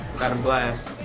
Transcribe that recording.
gotta blast.